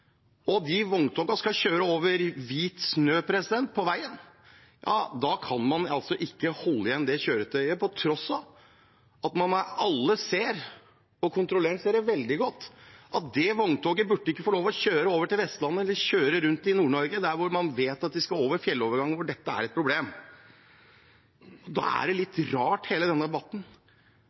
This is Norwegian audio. og vogntogene skal kjøre over hvit snø på veien. Da kan man altså ikke holde igjen det kjøretøyet, på tross av at alle ser, og kontrolløren ser det veldig godt, at det vogntoget ikke burde få lov å kjøre over til Vestlandet eller rundt i Nord-Norge der man vet at de skal over fjelloverganger hvor dette er et problem. Da er det litt rart med hele denne debatten.